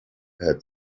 had